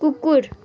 कुकुर